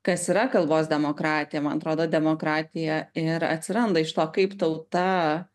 kas yra kalbos demokratija man atrodo demokratija ir atsiranda iš to kaip tauta